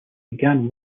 began